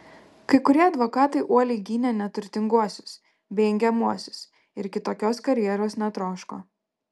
kai kurie advokatai uoliai gynė neturtinguosius bei engiamuosius ir kitokios karjeros netroško